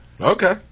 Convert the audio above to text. Okay